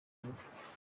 mwiza